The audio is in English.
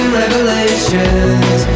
revelations